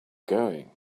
going